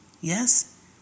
Yes